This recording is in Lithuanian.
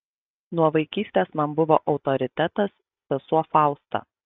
nuo vaikystės man buvo autoritetas sesuo fausta